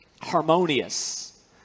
Harmonious